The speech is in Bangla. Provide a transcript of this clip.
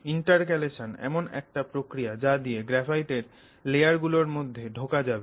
ইন্টারকালেশন এমন একটা প্রক্রিয়া যা দিয়ে গ্রাফাইটের লেয়ার গুলোর মধ্যে ঢোকা যাবে